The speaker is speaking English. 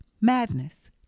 madness